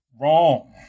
wrong